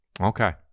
Okay